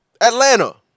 Atlanta